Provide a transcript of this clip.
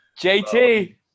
JT